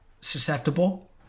susceptible